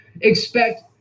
expect